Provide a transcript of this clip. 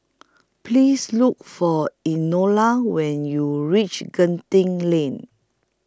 Please Look For Enola when YOU REACH Genting Lane